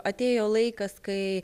atėjo laikas kai